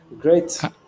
Great